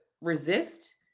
resist